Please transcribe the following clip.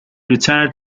retired